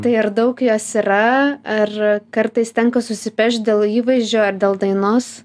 tai ar daug jos yra ar kartais tenka susipešt dėl įvaizdžio ar dėl dainos